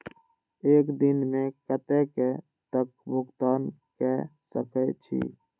एक दिन में कतेक तक भुगतान कै सके छी